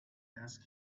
ask